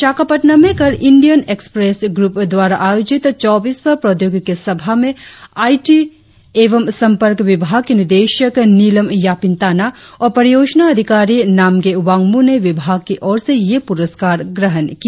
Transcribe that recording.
विशाखापत्तनम में कल Indian Express group द्वारा आयोजित चौबीसवां प्रौद्योगिकी सभा में आई टी एवं संपर्क विभाग की निदेशक नीलम यापिन ताना और परियोजना अधिकारी नामगे वांग्मू ने विभाग की ओर से यह पुरस्कार ग्रहण किया